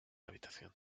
habitación